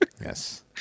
Yes